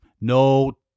No